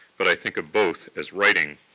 but i think of both as writing.